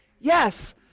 Yes